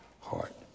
heart